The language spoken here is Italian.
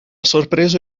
sorpreso